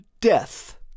death